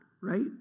right